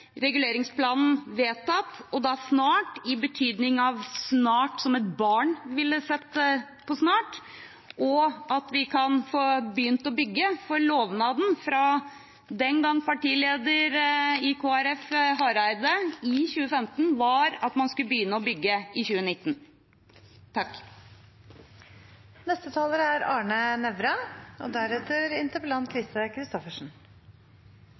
reguleringsplanen vedtatt snart, og da «snart» i den betydningen et barn ville sett på som snart, slik at vi kan få begynne å bygge, for lovnaden fra den gang partileder i Kristelig Folkeparti, Knut Arild Hareide, i 2015 var at man skulle begynne å bygge i 2019. Apropos faste – dette er